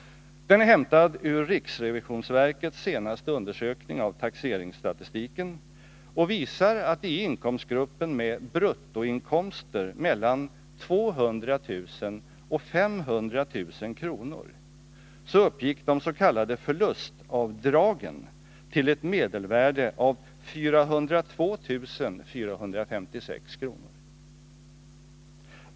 Den är hämtad ur riksrevisionsverkets senaste undersökning av taxeringsstatistiken, och den visar att i inkomstgruppen med bruttoinkomster mellan 200 000 och 500 000 kr. de s.k. förlustavdragen uppgick till ett medelvärde av 402456 kr.